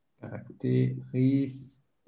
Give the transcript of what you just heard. caractéristiques